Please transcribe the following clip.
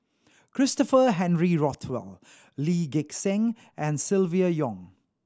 Christopher Henry Rothwell Lee Gek Seng and Silvia Yong